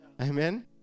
Amen